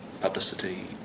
publicity